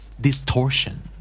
Distortion